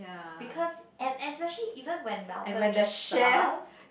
because and especially even when Malcom just served